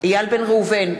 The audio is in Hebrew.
איל בן ראובן,